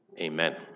Amen